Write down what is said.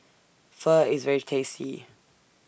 Pho IS very tasty